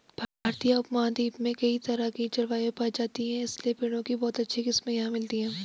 भारतीय उपमहाद्वीप में कई तरह की जलवायु पायी जाती है इसलिए पेड़ों की बहुत सी किस्मे यहाँ मिलती हैं